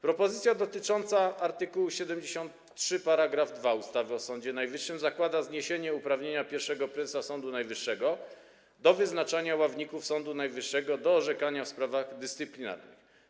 Propozycja dotycząca art. 73 § 2 ustawy o Sądzie Najwyższym zakłada zniesienie uprawnienia pierwszego prezesa Sądu Najwyższego do wyznaczania ławników Sądu Najwyższego do orzekania w sprawach dyscyplinarnych.